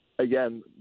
Again